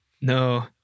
No